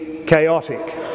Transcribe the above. chaotic